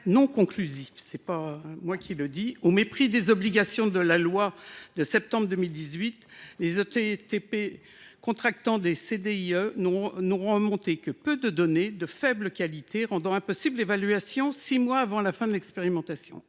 non conclusif ». En effet, au mépris des obligations de l’article 115 de la loi du 5 septembre 2018, les ETTP contractant des CDIE n’ont remonté que peu de données, de faible qualité, rendant impossible l’évaluation six mois avant la fin de l’expérimentation.